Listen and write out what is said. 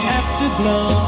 afterglow